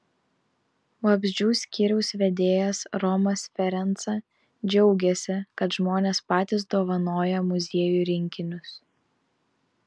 vabzdžių skyriaus vedėjas romas ferenca džiaugiasi kad žmonės patys dovanoja muziejui rinkinius